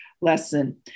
lesson